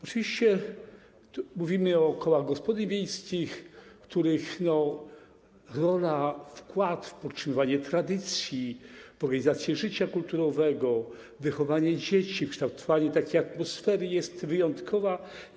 Oczywiście mówimy o kołach gospodyń wiejskich, których rola i wkład w podtrzymywanie tradycji, w organizację życia kulturowego, wychowanie dzieci i kształtowanie takiej atmosfery są wyjątkowe.